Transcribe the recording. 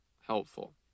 helpful